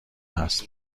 هست